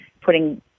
putting